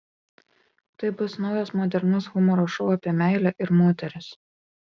tai bus naujas modernus humoro šou apie meilę ir moteris